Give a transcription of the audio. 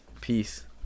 Peace